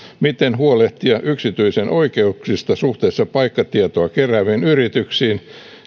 miten huolehtia yksityisen oikeuksista suhteessa paikkatietoa kerääviin yrityksiin